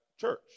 church